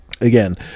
Again